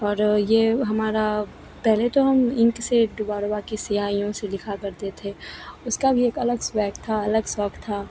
और यह हमारा पहले तो हम इंक से डुवरवा की सिहाइयों से लिखा करते थे उसका भी एक अलग स्वैग था अलग शौक़ था